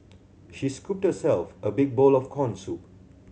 she scooped herself a big bowl of corn soup